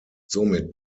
somit